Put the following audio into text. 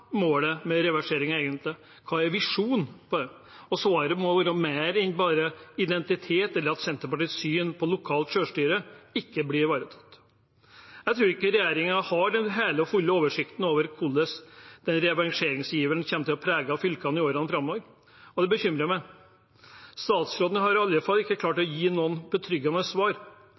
målet med reverseringen egentlig? Hva er visjonen for det? Svaret må være mer enn bare identitet, eller at Senterpartiets syn på lokalt selvstyre ikke blir ivaretatt. Jeg tror ikke regjeringen har den hele og fulle oversikten over hvordan reverseringsiveren kommer til å prege fylkene i årene framover, og det bekymrer meg. Statsråden har i alle fall ikke klart å gi noen betryggende svar.